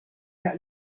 that